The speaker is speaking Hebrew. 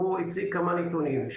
הוא הציג כמה נתונים.